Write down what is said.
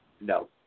No